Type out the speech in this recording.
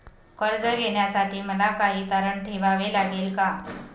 कर्ज घेण्यासाठी मला काही तारण ठेवावे लागेल का?